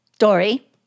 Dory